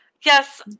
yes